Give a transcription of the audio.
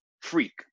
freak